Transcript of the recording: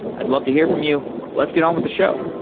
i'd love to hear from you let's get on with the show